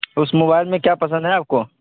اس mobile میں کیا پسند ہے آپ کو